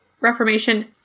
Reformation